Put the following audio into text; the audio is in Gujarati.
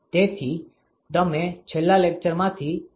તેથી તમે છેલ્લા લેકચરમાંથી યાદ કરી શકો છો